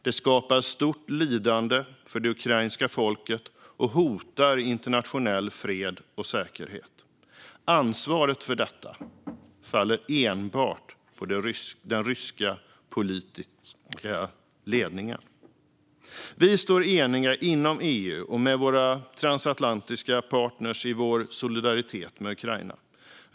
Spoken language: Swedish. Det skapar stort lidande för det ukrainska folket och hotar internationell fred och säkerhet. Ansvaret för detta faller enbart på den ryska politiska ledningen. Vi står eniga inom EU och med våra transatlantiska partner i vår solidaritet med Ukraina.